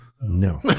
No